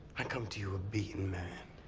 i come to you a beaten man.